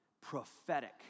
prophetic